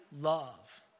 love